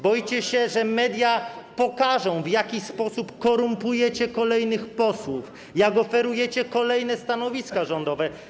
Boicie się, że media pokażą, w jaki sposób korumpujecie kolejnych posłów, jak oferujecie kolejne stanowiska rządowe.